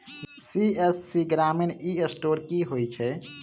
CSC ग्रामीण e store की होइ छै?